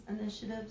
initiatives